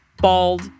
bald